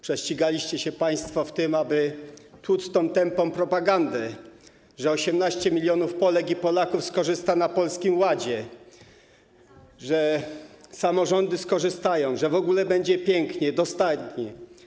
Prześcigaliście się państwo w tym, aby tłuc tę tępą propagandę, że 18 mln Polek i Polaków skorzysta na Polskim Ładzie, że samorządy skorzystają, że w ogóle będzie pięknie, dostatnio.